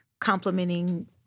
complementing